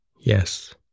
Yes